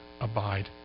abide